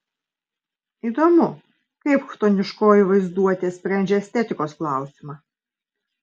įdomu kaip chtoniškoji vaizduotė sprendžia estetikos klausimą